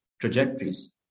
trajectories